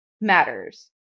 matters